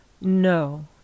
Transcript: No